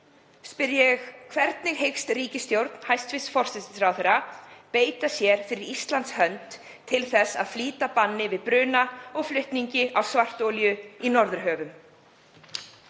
spyr ég: Hvernig hyggst ríkisstjórn hæstv. forsætisráðherra beita sér fyrir Íslands hönd til þess að flýta banni við bruna og flutningi á svartolíu í Norðurhöfum?